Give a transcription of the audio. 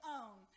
own